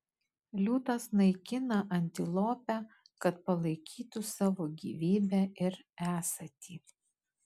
liūtas naikina antilopę kad palaikytų savo gyvybę ir esatį